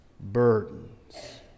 burdens